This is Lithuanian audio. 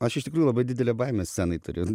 aš iš tikrųjų labai didelę baimę scenai turiu